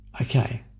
Okay